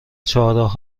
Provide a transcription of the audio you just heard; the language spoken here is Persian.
چهارراه